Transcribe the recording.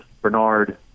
Bernard